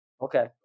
Okay